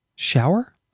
Shower